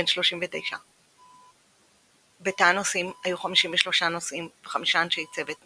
בן 39. בתא הנוסעים היו 53 נוסעים ו-5 אנשי צוות,